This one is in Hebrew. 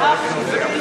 ואף התחיל,